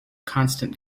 constant